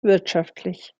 wirtschaftlich